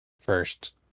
first